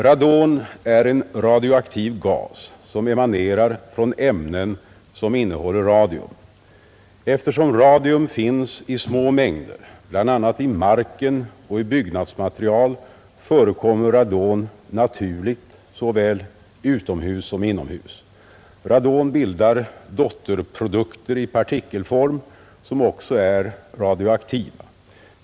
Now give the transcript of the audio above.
Radon är en radioaktiv gas som emanerar från ämnen som innehåller radium, Eftersom radium finns i små mängder bl.a. i marken och i byggnadsmaterial förekommer radon naturligt såväl utomhus som inomhus. Radon bildar dotterprodukter i partikelform som också är radioaktiva.